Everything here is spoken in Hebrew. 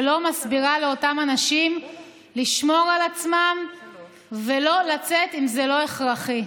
ולא מסבירה לאותם אנשים לשמור על עצמם ולא לצאת אם זה לא הכרחי.